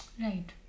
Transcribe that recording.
Right